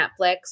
Netflix